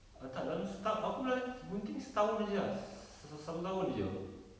err tak dalam setah~ aku belaj~ gunting setahun sahaja lah sa~ sa~ satu tahun sahaja